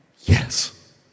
Yes